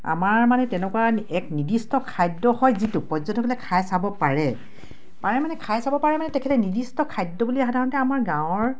আমাৰ মানে তেনেকুৱা এক নিৰ্দিষ্ট খাদ্য হয় যিটো পৰ্যটকসকলে খাই চাব পাৰে পাৰে মানে খাই চাব পাৰে মানে তেখেতে নিৰ্দিষ্ট খাদ্য বুলি সাধাৰণতে আমাৰ গাঁৱৰ